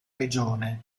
regione